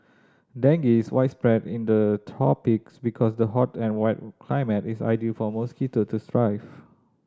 dengue is widespread in the tropics because the hot and wet climate is ideal for mosquitoes to thrive